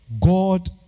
God